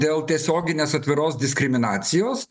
dėl tiesioginės atviros diskriminacijos